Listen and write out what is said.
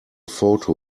photo